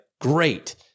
great